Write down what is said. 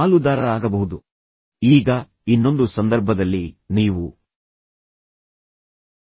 ತದನಂತರ ನೀವು ಗಟ್ಟಿಯಾಗಿ ಯೋಚಿಸುತ್ತೀರಿ ಅಥವಾ ಯಾರೊಂದಿಗಾದರೂ ಚರ್ಚಿಸುತ್ತೀರಿ ಇದರಿಂದ ಪರಿಕಲ್ಪನೆಯು ಬಹಳ ಸ್ಪಷ್ಟವಾಗುತ್ತದೆ